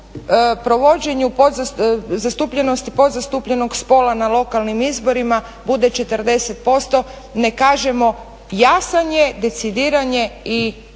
provođenju zastupljenosti, podzastupljenog spola na lokalnim izborima bude 40% ne kažemo jasan je, decidiran je i